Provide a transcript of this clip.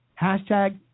hashtag